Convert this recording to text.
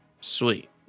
sweet